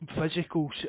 physical